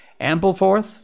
Ampleforth